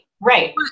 right